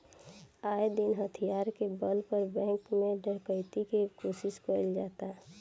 आये दिन हथियार के बल पर बैंक में डकैती के कोशिश कईल जाता